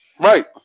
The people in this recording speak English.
Right